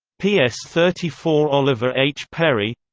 ps thirty four oliver h perry